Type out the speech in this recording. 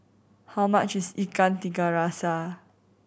how much is Ikan Tiga Rasa